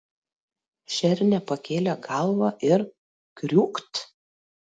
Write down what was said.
šernė pakėlė galvą ir kriūkt